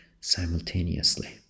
simultaneously